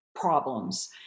problems